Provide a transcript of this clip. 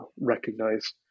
recognize